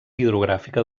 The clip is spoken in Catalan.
hidrogràfica